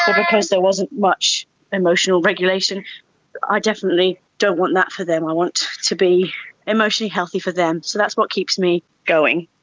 because there wasn't much emotional regulation i definitely don't want that for them, i want to be emotionally healthy for them, so that's what keeps me going.